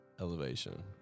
Elevation